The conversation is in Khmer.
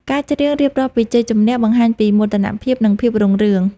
ការច្រៀងរៀបរាប់ពីជ័យជម្នះ បង្ហាញពីមោទនភាព និងភាពរុងរឿង។